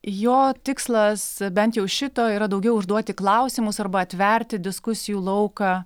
jo tikslas bent jau šito yra daugiau užduoti klausimus arba atverti diskusijų lauką